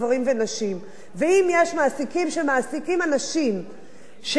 ואם יש מעסיקים שמעסיקים אנשים שהם מוחלשים,